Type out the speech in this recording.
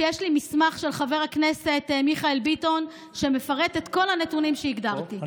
שיש לי מסמך של חבר הכנסת מיכאל ביטון שמפרט את כל הנתונים שהגדרתי.